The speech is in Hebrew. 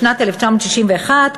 משנת 1961,